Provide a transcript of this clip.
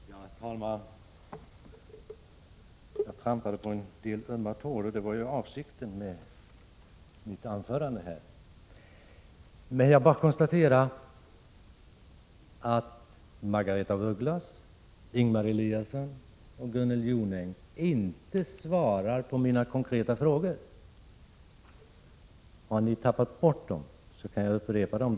Herr talman! Jag trampade på en del ömma tår, och det var avsikten med mitt anförande. Jag konstaterar att Margaretha af Ugglas, Ingemar Eliasson och Gunnel Jonäng inte svarar på mina konkreta frågor. Har ni tappat bort dem, så kan jag upprepa dem.